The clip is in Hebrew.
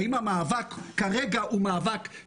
האם המאבק ירד כרגע בעוצמתו?